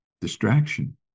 distraction